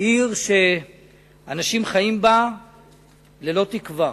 עיר שאנשים חיים בה ללא תקווה.